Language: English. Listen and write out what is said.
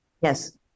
Yes